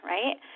Right